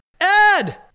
Ed